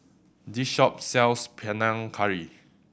this shop sells Panang Curry